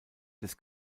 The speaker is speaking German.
des